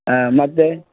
ಹಾಂ ಮತ್ತೆ